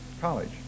college